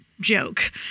joke